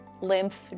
lymph